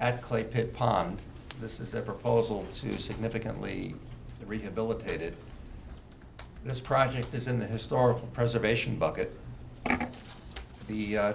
at clay pit pond this is the proposal to significantly the rehabilitated this project is in the historic preservation bucket the